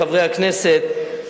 חברי הכנסת,